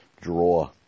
draw